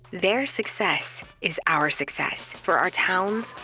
their success is our success. for our towns,